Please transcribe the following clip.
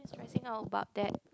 stressing all about that